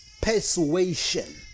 persuasion